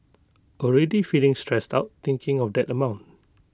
already feeling stressed out thinking of that amount